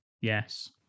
Yes